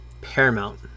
Paramount